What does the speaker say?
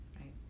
right